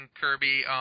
Kirby